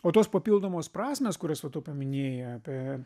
o tos papildomos prasmės kurias va tu paminėjai apie